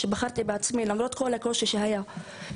שבחרתי בעצמי למרות כל הקושי שהיה.